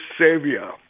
Savior